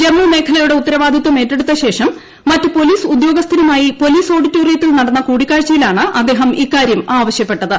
ജമ്മു മേഖലയുടെ ഉത്തരവാദിത്വം ഏറ്റെടുത്തശേഷം മറ്റ് പോലീസ് ഉദ്യോഗസ്ഥരുമായി പോലീസ് ഓഡിറ്റോറിയത്തിൽ നടന്ന കൂടിക്കാഴ്ചയിലാണ് അദ്ദേഹം ഇക്കാര്യം ആവശ്യപ്പെട്ടത്